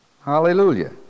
Hallelujah